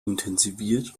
intensiviert